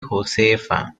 josefa